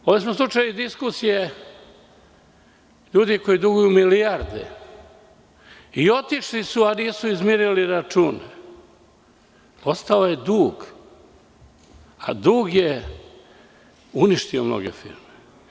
Ovde sam slušao diskusije ljudi koji duguju milijarde i otišli su, a nisu izmirili račune, ostao je dug, a dug je uništio mnoge firme.